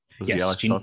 yes